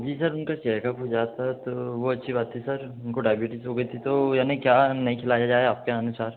जी sir उनका checkup हो जाता तो वो अच्छी बात थी सर उनको डायबिटीज़ हो गई थी तो यानि क्या नहीं खिलाया जाए आपके अनुसार